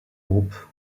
groupe